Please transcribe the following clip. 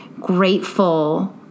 grateful